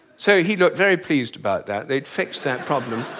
so he looked very pleased about that, they'd fixed that problem.